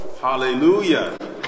Hallelujah